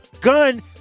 gun